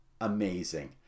amazing